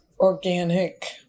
organic